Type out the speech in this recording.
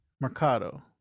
Mercado